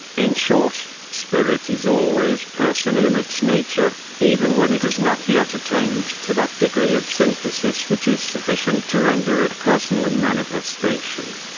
in short, spirit is always personal in its nature, even when it has not yet attained to that degree of synthesis which is sufficient to render it personal in manifestation.